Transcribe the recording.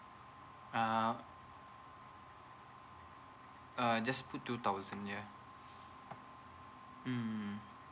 ah uh just put two thousand yeah mm